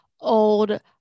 Old